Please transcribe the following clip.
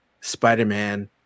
Spider-Man